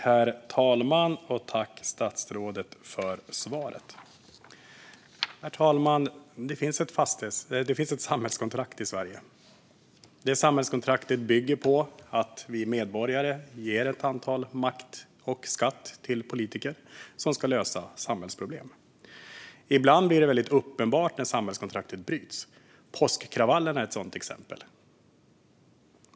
Herr talman! Tack, statsrådet, för svaret! Det finns ett samhällskontrakt i Sverige. Det samhällskontraktet bygger på att vi medborgare ger makt och skatt till ett antal politiker, som ska lösa samhällsproblem. Ibland blir det uppenbart när samhällskontraktet bryts. Påskkravallerna är ett sådant exempel.